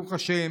ברוך השם,